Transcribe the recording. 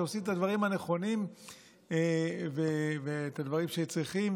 שעושים את הדברים הנכונים ואת הדברים שצריכים,